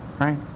right